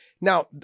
Now